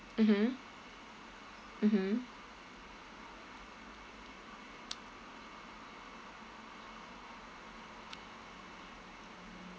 mmhmm mmhmm